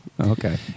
Okay